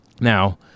Now